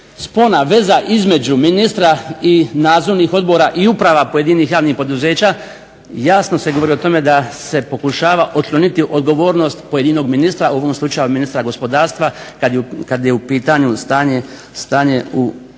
spona, veza između ministra i nadzornih odbora i uprava pojedinih javnih poduzeća jasno se govori o tome da se pokušava otkloniti odgovornost pojedinog ministra, u ovom slučaju ministra gospodarstva kad je u pitanju stanje u energetskom